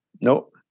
nope